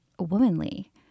womanly